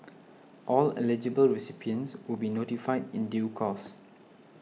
all eligible recipients will be notified in due course